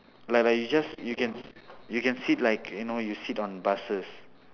like like you just you can you can sit like you know you can sit on buses